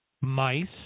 Mice